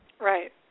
Right